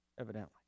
evidently